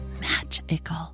magical